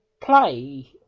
play